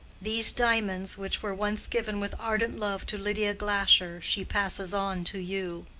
these diamonds, which were once given with ardent love to lydia glasher, she passes on to you.